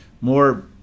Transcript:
more